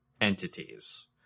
entities